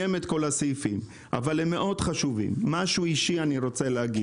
אני רוצה להגיד משהו אישי למשרד הכלכלה: